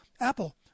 Apple